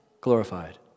glorified